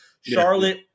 Charlotte